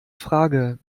frage